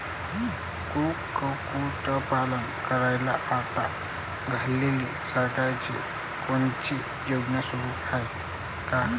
कुक्कुटपालन करायले आता घडीले सरकारची कोनची योजना सुरू हाये का?